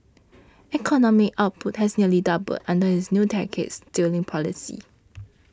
economic output has nearly doubled under his two decades steering policy